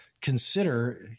consider